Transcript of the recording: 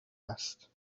است